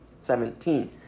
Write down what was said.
Seventeen